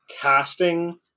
casting